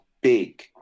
big